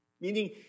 Meaning